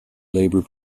labour